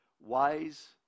wise